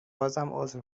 عذر